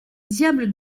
diable